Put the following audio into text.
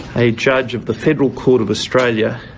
a judge of the federal court of australia,